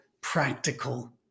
practical